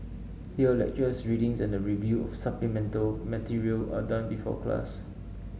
here lectures readings and the review of supplemental material are done before class